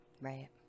Right